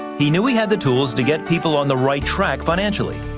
he knew he had the tools to get people on the right track financially.